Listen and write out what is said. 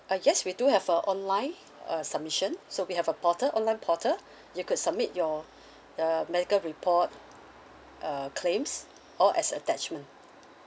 ah yes we do have a online uh submission so we have a portal online portal you could submit your uh medical report uh claims all as attachment